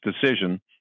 decision